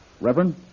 Reverend